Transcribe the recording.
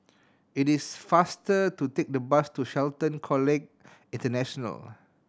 it is faster to take the bus to Shelton College International